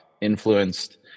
influenced